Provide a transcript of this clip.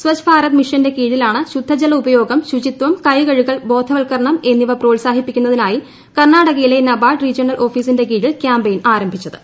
സച്ഛ് ഭാരത് മിഷന്റെ കീഴിലാണ് ശുദ്ധജല ഉപയോഗം ശുചിത്വം കൈകഴുകൽ ബോധവൽക്കരണം എന്നിവ പ്രോത്സാഷ്ട്രിപ്പിക്കുന്നതിനായി കർണാടകയിലെ നബാർഡ് റീജിയണ്ണൽ ഓഫീസിന്റെ കീഴിൽ കാമ്പയിൻ ആരംഭിച്ചത്